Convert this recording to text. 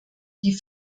die